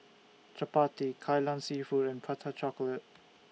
Chappati Kai Lan Seafood and Prata Chocolate